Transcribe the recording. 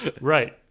Right